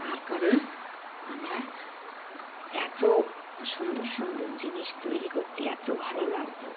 তারপরে আমরা এতো সুন্দর সুন্দর জিনিস তৈরি করতে এত ভালো লাগতো